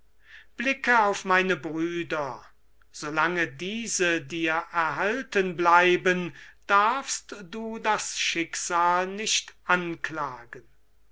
blicke auf meine brüder so lange diese dir erhalten bleiben darfst du das schicksal nicht anklagen